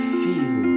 feel